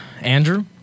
Andrew